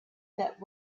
that